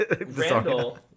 Randall